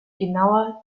genauer